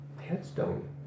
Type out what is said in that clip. headstone